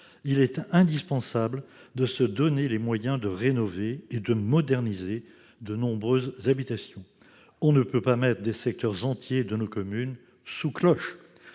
Il est indispensable de se donner les moyens de rénover et de moderniser de nombreuses habitations. On ne peut pas mettre des secteurs entiers de nos communes « sous cloche